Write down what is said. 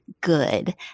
good